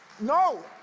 no